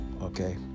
Okay